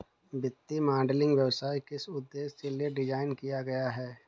वित्तीय मॉडलिंग व्यवसाय किस उद्देश्य के लिए डिज़ाइन किया गया है?